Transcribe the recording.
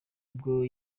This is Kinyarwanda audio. bwo